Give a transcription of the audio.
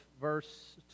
verse